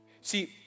See